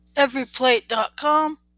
Everyplate.com